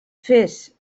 fes